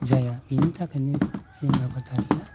जाया बिनि थाखायनो जों आबादारिया